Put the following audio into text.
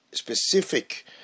specific